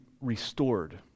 restored